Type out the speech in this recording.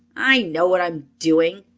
i know what i'm doing,